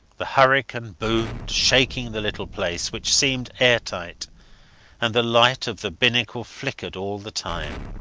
the hurricane boomed, shaking the little place, which seemed air-tight and the light of the binnacle flickered all the time.